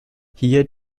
hier